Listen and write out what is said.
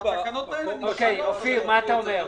התקנות האלה נשענות --- אופיר, מה אתה אומר?